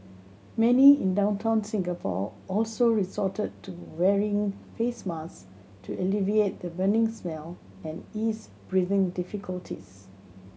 many in downtown Singapore also resorted to wearing face mask to alleviate the burning smell and ease breathing difficulties